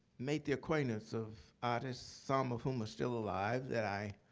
made the acquaintance of artists, some of whom are still alive, that i